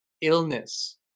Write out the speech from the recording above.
illness